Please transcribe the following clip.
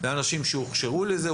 זה אנשים שהוכשרו לזה,